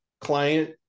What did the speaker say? client